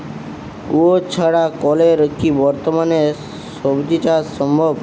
কুয়োর ছাড়া কলের কি বর্তমানে শ্বজিচাষ সম্ভব?